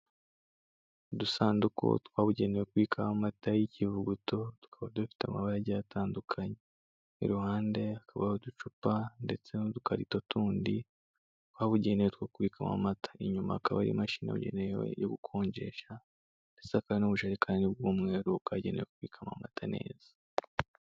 Udusanduku twabugenewe kubikamo amata y'ikivuguto, tukaba dufite amabara agiye atandukanye, iruhande hakaba hari uducupa ndetse n'udukarito tundi twabugenewe two kubikamo amata, inyuma hakaba hari imashini yabugenewe yo gukonjesha, ndetse hakaba hari n'ubujerekani bw'umweru bwabugenewe kubikamo amata neza.